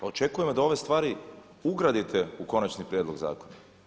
Očekujemo da ove stvari ugradite u konačni prijedlog zakona.